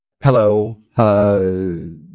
Hello